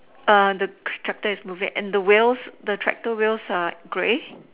the tractor is moving and the wheels the tractor wheels grey